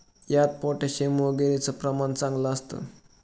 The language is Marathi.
यात पोटॅशियम वगैरेचं प्रमाण चांगलं असतं